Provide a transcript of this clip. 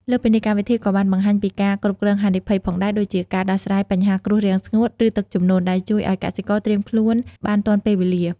លើសពីនេះ កម្មវិធីក៏បានបង្ហាញពីការគ្រប់គ្រងហានិភ័យផងដែរ ដូចជាការដោះស្រាយបញ្ហាគ្រោះរាំងស្ងួត ឬទឹកជំនន់ ដែលជួយឲ្យកសិករត្រៀមខ្លួនបានទាន់ពេលវេលា។